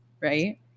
right